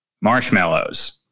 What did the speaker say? marshmallows